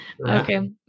Okay